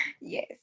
Yes